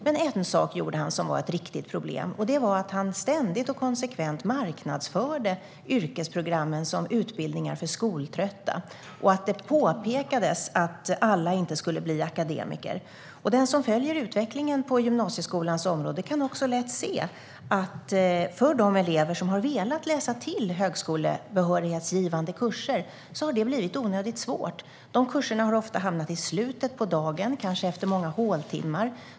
Men en sak gjorde han som var ett riktigt problem, och det var att han ständigt och konsekvent marknadsförde yrkesprogrammen som utbildningar för skoltrötta, och det påpekades att alla inte skulle bli akademiker. Den som följer utvecklingen på gymnasieskolans område kan också lätt se att för de elever som har velat läsa till högskolebehörighetsgivande kurser har det blivit onödigt svårt. De kurserna har oftast hamnat i slutet på dagen, kanske efter många håltimmar.